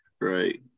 Right